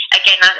again